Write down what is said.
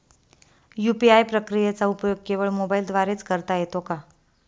UPI प्रक्रियेचा उपयोग केवळ मोबाईलद्वारे च करता येतो का?